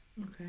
Okay